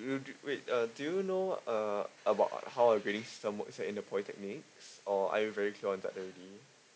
you do wait uh do you know uh about how a grading system works in the polytechnic or are you very clear on that already